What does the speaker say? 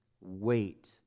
Wait